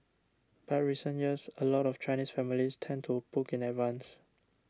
but recent years a lot of Chinese families tend to book in advance